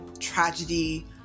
tragedy